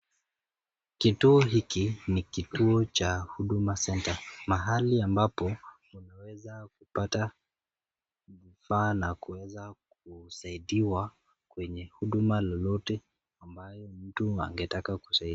Kituo hiki ni kituo cha Huduma center, mahali ambapo tunaweza kupata vifaa na kuweza kusaidia kwenye huduma lolote ambayo mtu angeteka kusaidiwa.